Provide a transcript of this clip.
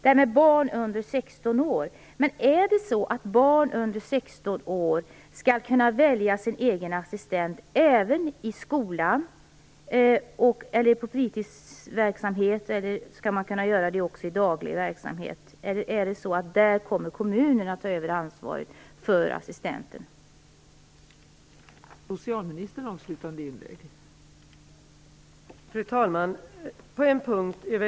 Är det så att barn under 16 år skall kunna välja sin egen assistent även i skolan, inom fritidsverksamheten och annan daglig verksamhet, eller kommer kommunen att ta över ansvaret för assistenten på det området?